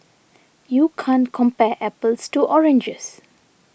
you can't compare apples to oranges